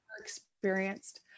experienced